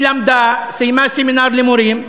היא למדה, סיימה סמינר למורים,